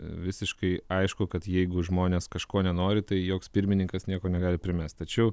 visiškai aišku kad jeigu žmonės kažko nenori tai joks pirmininkas nieko negali primest tačiau